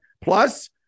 plus